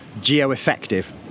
Geo-effective